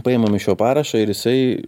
paimam iš jo parašą ir jisai